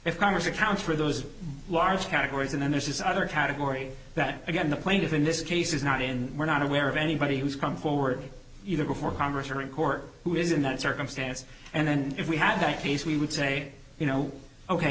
congress accounts for those large categories and then there's this other category that again the plaintiff in this case is not in we're not aware of anybody who's come forward either before congress or in court who is in that circumstance and then if we have a case we would say you know ok